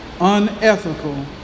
Unethical